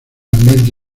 ambiente